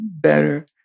better